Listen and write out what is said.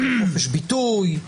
חופש ביטוי,